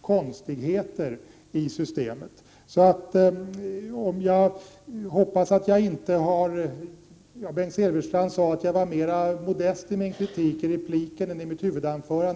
konstigheter i systemet. Bengt Silfverstrand sade att jag var mera modest i min kritik i repliken än i mitt huvudanförande.